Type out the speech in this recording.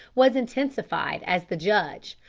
was intensified as the judge,